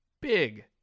big